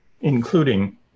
including